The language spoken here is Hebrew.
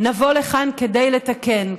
נבוא לכאן כדי לתקן,